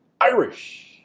Irish